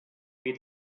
feed